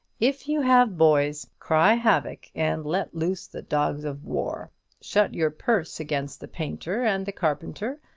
if you have boys, cry havoc, and let loose the dogs of war shut your purse against the painter and the carpenter,